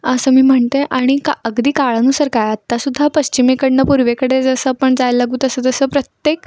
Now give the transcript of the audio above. असं मी म्हणते आणि का अगदी काळानुसार काय आता सुद्धा पश्चिमेकडून पूर्वेकडे जसं आपण जायला लागू तसं तसं प्रत्येक